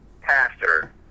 pastor